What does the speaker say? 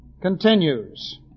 continues